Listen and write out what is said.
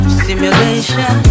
simulation